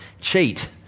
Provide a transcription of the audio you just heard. cheat